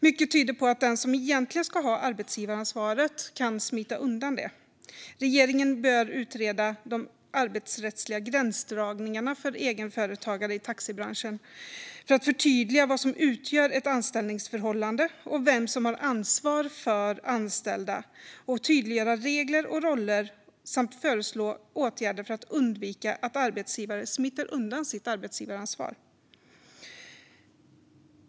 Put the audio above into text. Mycket tyder på att den som egentligen ska ha arbetsgivaransvaret kan smita undan det. Regeringen bör utreda de arbetsrättsliga gränsdragningarna för egenföretagare i taxibranschen för att förtydliga vad som utgör ett anställningsförhållande och vem som har ansvar för anställda och tydliggöra regler och roller samt föreslå åtgärder för att undvika att arbetsgivare smiter undan sitt arbetsgivaransvar.